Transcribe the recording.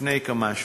לפני כמה שבועות.